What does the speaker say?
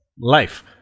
life